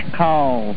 call